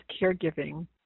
Caregiving